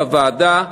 בוועדה,